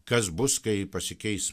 kas bus kai pasikeis